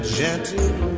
gentle